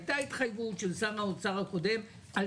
הייתה התחייבות של שר האוצר הקודם על